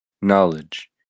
knowledge